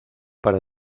para